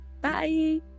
bye